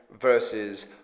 versus